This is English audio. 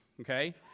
okay